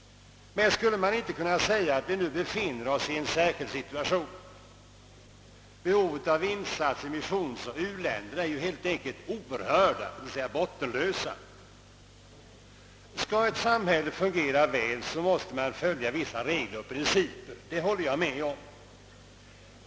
Men skulle man inte kunna säga att vi nu befinner oss i en särskild situation? Behovet av insatser i missionsoch u-länderna är ju helt enkelt oerhört, d. v. s. bottenlöst. Skall ett samhälle fungera väl så måste man följa vissa regler och principer, det håller jag med om.